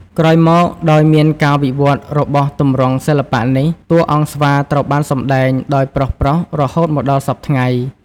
ក្រោយមកដោយមានការវិវត្តន៍របស់ទម្រង់សិល្បៈនេះ តួអង្គស្វាត្រូវបានសម្តែង ដោយប្រុសៗរហូតមកដល់សព្វថ្ងៃ។